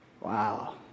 Wow